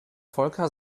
volker